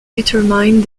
determine